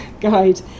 Guide